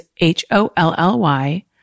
H-O-L-L-Y